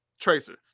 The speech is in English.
tracer